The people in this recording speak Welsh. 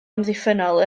amddiffynnol